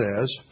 says